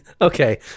Okay